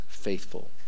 faithful